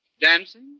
Dancing